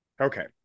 Okay